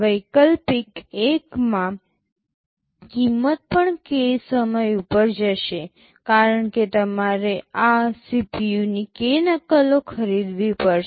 વૈકલ્પિક 1 માં કિંમત પણ k સમય ઉપર જશે કારણ કે તમારે આ CPU ની k નકલો ખરીદવી પડશે